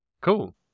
Cool